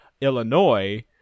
illinois